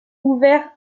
ouvert